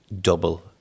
double